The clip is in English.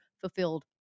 fulfilled